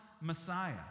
Messiah